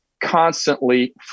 constantly